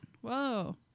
Whoa